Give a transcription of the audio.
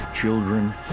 children